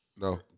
no